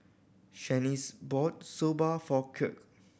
Shanice bought Soba for Kirk